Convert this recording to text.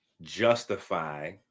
justify